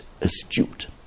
astute